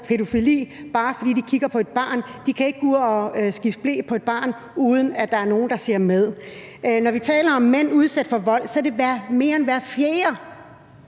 pædofili, bare fordi de kigger på et barn. De kan ikke gå ud at skifte ble på et barn, uden at der er nogen, der ser med. Når vi taler om at blive udsat for vold, er det mere end hver fjerde,